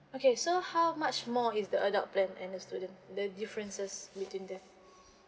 okay so how much more is the adult plan and the student the differences between them